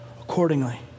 accordingly